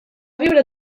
viure